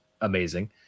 amazing